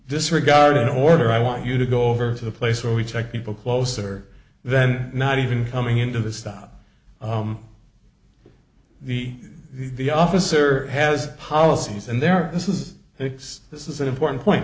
disregarding the order i want you to go over to the place where we check people closer than not even coming into the stop the the officer has policies and there this is hicks this is an important point